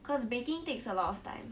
cause baking takes a lot of time